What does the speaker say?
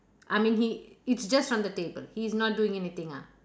I mean he it's just on the table he is not doing anything ah